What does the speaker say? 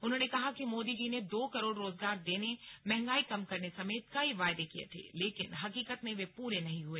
उन्होंने कहा कि मोदी जी ने दो करोड़ रोजगार देने महंगाई कम करने समेत कई वादे किए थे लेकिन हकीकत में वे पूरे नहीं हुए